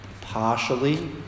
partially